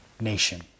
nation